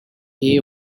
hay